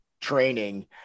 training